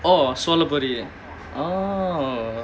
orh சோளப்பொரி:solappori oh